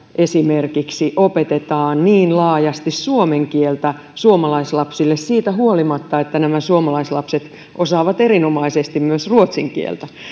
esimerkiksi ruotsissa opetetaan niin laajasti suomen kieltä suomalaislapsille siitä huolimatta että nämä suomalaislapset osaavat erinomaisesti myös ruotsin kieltä